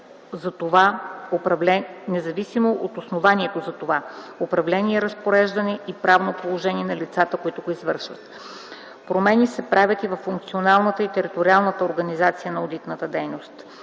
независимо от основанието за това управление и разпореждане и правното положение на лицата, които го извършват. Промени се правят и във функционалната и териториална организация на одитната дейност.